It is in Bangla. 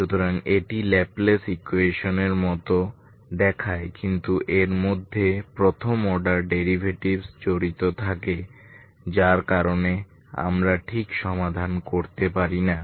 সুতরাং এটি ল্যাপ্লেস ইকুয়েশন এর মত দেখায় কিন্তু এর মধ্যে প্রথম অর্ডার ডেরিভেটিভস জড়িত থাকে যার কারণে আমরা ঠিক সমাধান করতে পারি না